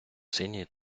синій